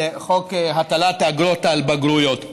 חוק הטלת אגרות על בגרויות.